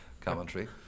commentary